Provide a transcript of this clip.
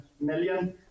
million